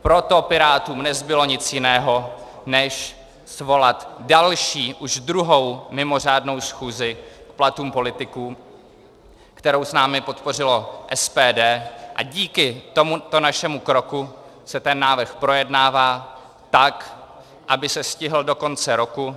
Proto Pirátům nezbylo nic jiného, než svolat další, už druhou mimořádnou schůzi k platům politiků, kterou s námi podpořilo SPD, a díky tomuto našemu kroku se ten návrh projednává tak, aby se stihl do konce roku.